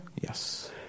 Yes